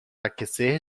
aquecer